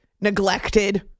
neglected